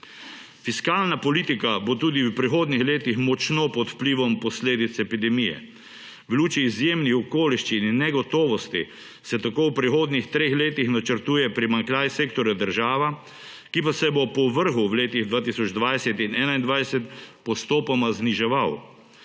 Fiskalna politika bo tudi v prihodnjih letih močno pod vplivom posledic epidemije. V luči izjemnih okoliščin in negotovosti se tako v prihodnjih treh letih načrtuje primanjkljaj sektorja država, ki pa se bo po vrhu v letih 2020 in 2021 postopoma zniževal.